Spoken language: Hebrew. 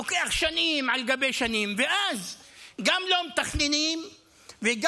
לוקח שנים על גבי שנים, ואז גם לא מתכננים וגם